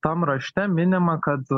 tam rašte minima kad